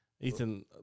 Ethan